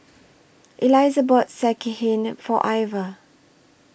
Eliza bought Sekihan For Ivah